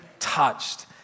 Touched